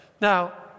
Now